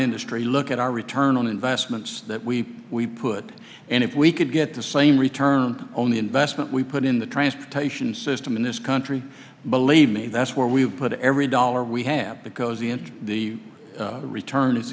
industry look at our return on investments that we we put and if we could get the same return only investment we put in the transportation system in this country believe me that's where we've put every dollar we have because in the return i